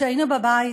כשהיינו בבית,